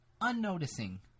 unnoticing